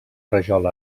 rajol